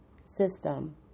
system